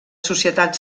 societat